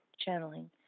channeling